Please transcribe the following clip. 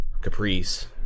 Caprice